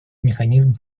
механизм